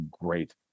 great